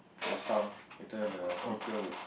the sound later the speaker would